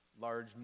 large